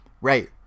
right